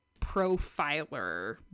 profiler